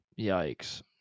Yikes